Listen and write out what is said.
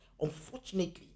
unfortunately